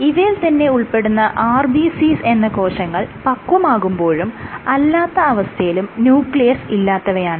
ഇവയിൽ തന്നെ ഉൾപ്പെടുന്ന RBCs എന്ന കോശങ്ങൾ പക്വമാകുമ്പോഴും അല്ലാത്ത അവസ്ഥയിലും ന്യൂക്ലിയസ് ഇല്ലാത്തവയാണ്